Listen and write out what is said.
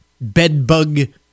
bedbug